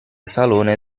salone